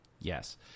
yes